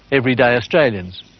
everyday australians,